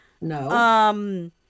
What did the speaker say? No